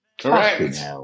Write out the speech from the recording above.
Correct